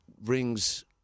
brings